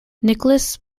nicholas